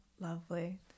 Lovely